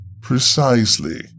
Precisely